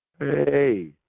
Hey